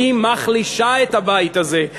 היא מחלישה את הבית הזה.